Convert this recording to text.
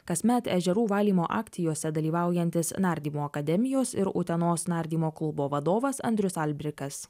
kasmet ežerų valymo akcijose dalyvaujantis nardymo akademijos ir utenos nardymo klubo vadovas andrius albrikas